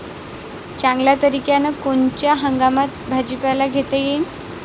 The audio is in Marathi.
चांगल्या तरीक्यानं कोनच्या हंगामात भाजीपाला घेता येईन?